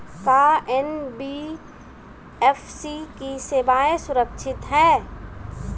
का एन.बी.एफ.सी की सेवायें सुरक्षित है?